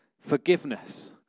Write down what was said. forgiveness